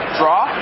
draw